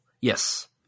Yes